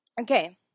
Okay